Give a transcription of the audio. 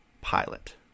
pilot